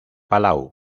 palau